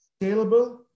scalable